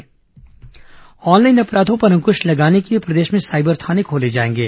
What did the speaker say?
cyber थाना ऑनलाइन अपराधों पर अंकृश लगाने के लिए प्रदेश में साइबर थाने खोले जाएंगे